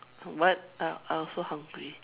what I I also hungry